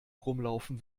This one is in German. rumlaufen